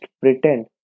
pretend